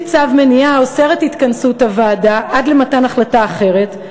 צו מניעה האוסר את התכנסות הוועדה עד למתן החלטה אחרת,